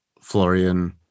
Florian